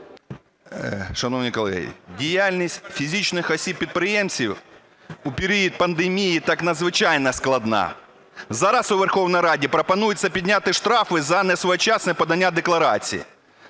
Шановні колеги, діяльність фізичних осіб підприємців у період пандемії і так надзвичайно складна. Зараз у Верховній Раді пропонується підняти штрафи за несвоєчасне подання декларації.